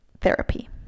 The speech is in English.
therapy